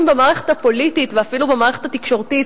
במערכת הפוליטית ואפילו במערכת התקשורתית